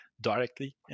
directly